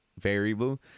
variable